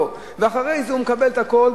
ואחרי זה הוא מקבל את הכול,